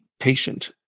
patient